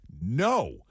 No